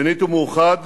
שנית, הוא מאוחד